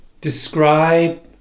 describe